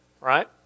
right